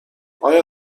آیا